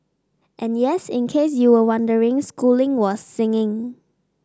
and yes in case you were wondering schooling was sing